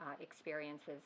experiences